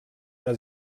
does